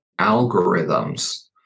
algorithms